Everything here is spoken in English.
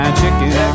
chicken